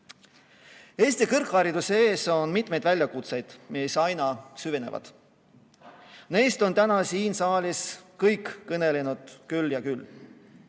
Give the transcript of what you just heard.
Eesti kõrghariduse ees on mitmeid väljakutseid, mis aina süvenevad. Neist on täna siin saalis kõik kõnelenud küll ja küll.